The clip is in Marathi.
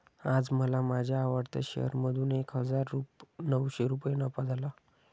आज मला माझ्या आवडत्या शेअर मधून एक हजार नऊशे रुपये नफा झाला